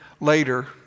later